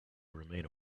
remain